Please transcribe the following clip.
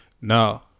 now